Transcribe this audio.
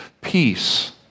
peace